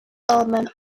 element